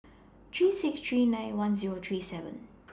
three six three nine one Zero three seven